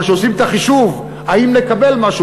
אבל כשעושים את החישוב האם נקבל משהו,